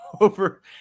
over